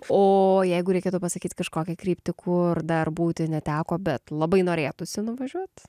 o jeigu reikėtų pasakyt kažkokią kryptį kur dar būti neteko bet labai norėtųsi nuvažiuot